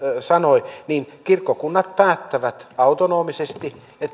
sanoi niin kirkkokunnat päättävät autonomisesti